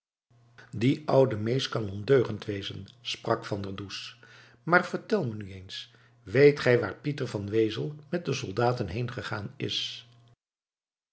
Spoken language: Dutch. die oude mees kan ondeugend wezen sprak van der does maar vertel me nu eens weet gij waar pieter van wezel met de soldaten heengegaan is